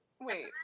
Wait